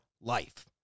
life